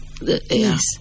Yes